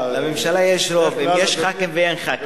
לממשלה יש רוב, אם יש ח"כים או אין ח"כים.